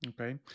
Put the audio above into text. Okay